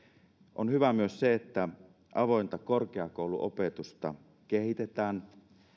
on hyvä myös se että avointa korkeakouluopetusta kehitetään